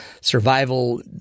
survival